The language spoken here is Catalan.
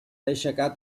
aixecat